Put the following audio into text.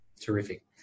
Terrific